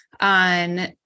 on